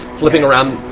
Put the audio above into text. flipping around.